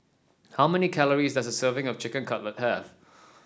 how many calories does a serving of Chicken Cutlet have